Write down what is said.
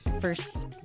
first